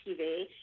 TV